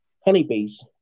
honeybees